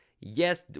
Yes